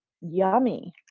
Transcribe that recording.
yummy